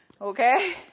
Okay